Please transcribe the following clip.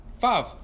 Five